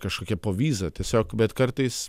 kažkokia povyza tiesiog bet kartais